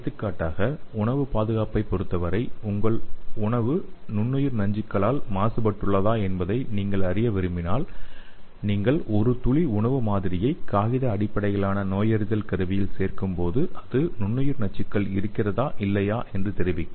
எடுத்துக்காட்டாக உணவுப் பாதுகாப்பைப் பொறுத்தவரை உங்கள் உணவு நுண்ணுயிர் நச்சுக்களால் மாசுபட்டுள்ளதா என்பதை நீங்கள் அறிய விரும்பினால் நீங்கள் ஒரு துளி உணவு மாதிரியை காகித அடிப்படையிலான நோயறிதல் கருவியில் சேர்க்கும்போது அதில் நுண்ணுயிர் நச்சுக்கள் இருக்கிறதா இல்லையா என்று தெரிவிக்கும்